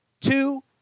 two